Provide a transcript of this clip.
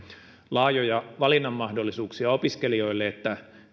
laajoja valinnanmahdollisuuksia opiskelijoille että